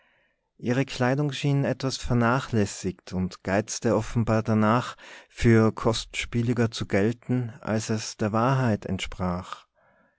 ihre kleidung schien etwas vernachlässigt und geizte offenbar danach für kostspieliger zu gelten als es der wahrheit entsprach